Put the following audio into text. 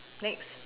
next